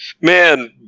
man